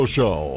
Show